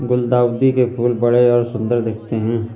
गुलदाउदी के फूल बड़े और सुंदर दिखते है